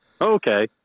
Okay